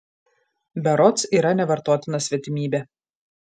berods yra nevartotina svetimybė